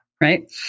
Right